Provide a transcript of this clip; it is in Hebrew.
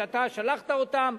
שאתה שלחת אותם,